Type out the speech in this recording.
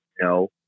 No